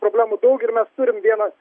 problemų daug ir mes turim vienas